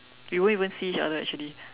we won't even see each other actually